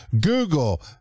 Google